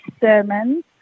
sermons